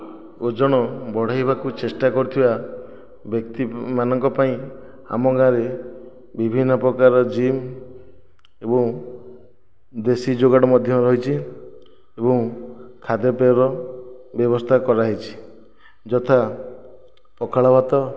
ଓଜନ ବଢ଼ାଇବାକୁ ଚେଷ୍ଟା କରୁଥିବା ବ୍ୟକ୍ତି ମାନଙ୍କ ପାଇଁ ଆମ ଗାଁରେ ବିଭିନ୍ନ ପ୍ରକାର ଜିମ୍ ଏବଂ ଦେଶୀ ଯୋଗାଡ଼ ମଧ୍ୟ ରହିଛି ଏବଂ ଖାଦ୍ୟପେୟର ବ୍ୟବସ୍ଥା କରାଯାଇଛି ଯଥା ପଖାଳ ଭାତ